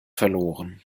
verloren